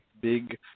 big